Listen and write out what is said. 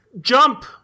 jump